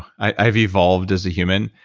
i've evolved as a human,